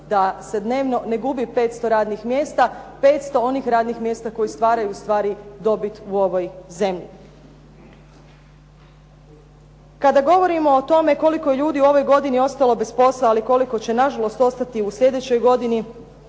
da se dnevno ne gubi 500 radnih mjesta, 500 onih radnih mjesta koji stvaraju ustvari dobit u ovoj zemlji. Kada govorimo o tome koliko je ove godine ljudi ostalo bez posla, ali koliko će nažalost ostati u sljedećoj godini,